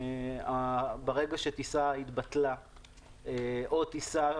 ברגע שטיסה התבטלה או טיסה